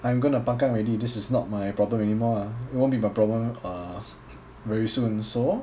I am gonna pang kang already this is not my problem anymore ah it won't be my problem uh very soon so